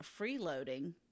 freeloading